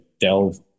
delve